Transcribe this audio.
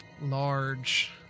large